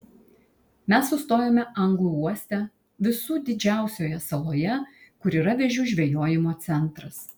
mes sustojome anglų uoste visų didžiausioje saloje kur yra vėžių žvejojimo centras